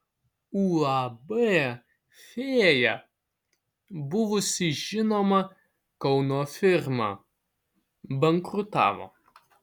uab fėja buvusi žinoma kauno firma bankrutavo